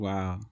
Wow